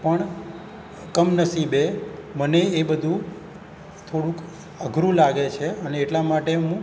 પણ કમ નસીબે મને એ બધુ થોડુંક અઘરું લાગે છે અને એટલા માટે હું